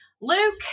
luke